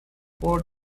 port